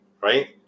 right